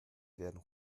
werden